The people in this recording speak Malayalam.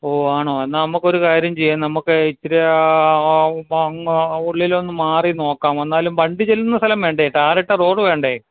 ഓ ആണോ എന്നാൽ നമുക്കൊരു കാര്യം ചെയ്യുക നമുക്കെ ഇച്ചിരി ആ ഉള്ളിലൊന്നു മാറി നോക്കാം എന്നാലും വണ്ടി ചെല്ലുന്ന സ്ഥലം വേണ്ടേ ടാറിട്ട റോഡ് വേണ്ടേ